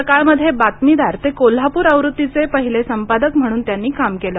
सकाळमध्ये बातमीदार ते कोल्हापूर आवृत्तीचे पहिले संपादक म्हणून त्यांनी काम केले